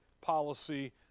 policy